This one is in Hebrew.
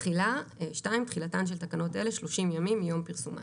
תחילה תחילתן של תקנות אלה, 30 ימים מיום פרסומן.